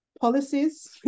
Policies